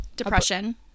Depression